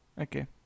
Okay